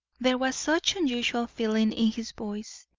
there was such unusual feeling in his voice,